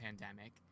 pandemic